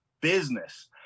business